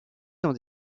dans